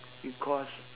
because